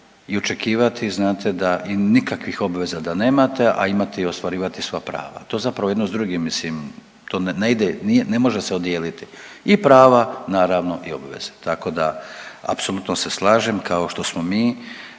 i očekivati, znate, da i nikakvih obveza da nemate, a imati i ostvarivati svoja prava. To zapravo jedno s drugim, mislim, to ne ide, ne može se odijeliti. I prava naravno i obveze, tako da, apsolutno se slažem kao što smo mi,